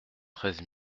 treize